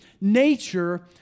nature